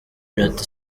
iminota